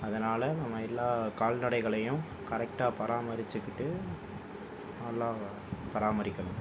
அதனால் நம்ம எல்லா கால்நடைகளையும் கரெக்ட்டாக பராமரிச்சுக்கிட்டு நல்லா பராமரிக்கணும்